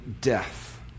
death